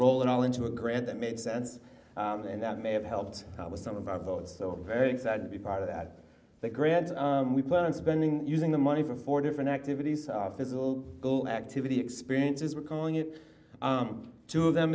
roll it all into a grant that made sense and that may have helped out with some of our votes so very excited to be part of that the grand we plan on spending using the money for four different activities saw physical activity experiences we're calling it two of them